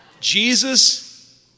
Jesus